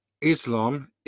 islam